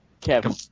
Kevin